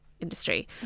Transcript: industry